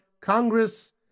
Congress